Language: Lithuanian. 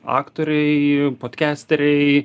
aktoriai podkesteriai